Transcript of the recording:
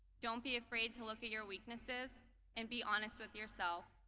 don't be afraid to look at your weaknesses and be honest with yourself.